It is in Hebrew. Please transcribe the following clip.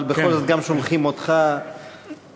אבל בכל זאת גם שולחים אותך לנמק את זה.